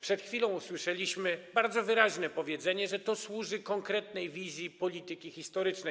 Przed chwilą usłyszeliśmy bardzo wyraźne powiedzenie, że to służy konkretnej wizji polityki historycznej.